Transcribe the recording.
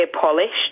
polished